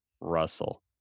Russell